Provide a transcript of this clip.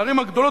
הערים הגדולות,